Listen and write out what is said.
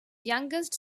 youngest